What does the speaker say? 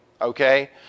okay